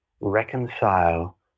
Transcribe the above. reconcile